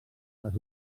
les